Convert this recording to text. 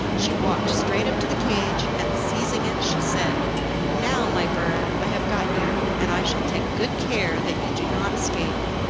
she walked straight up to the cage, and seizing it, she said now, my bird, i have got you, and i shall take good care that you do not escape.